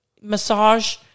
massage